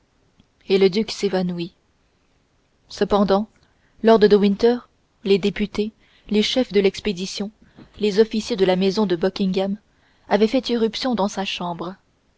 et le duc s'évanouit cependant lord de winter les députés les chefs de l'expédition les officiers de la maison de buckingham avaient fait irruption dans sa chambre